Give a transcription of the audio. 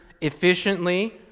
efficiently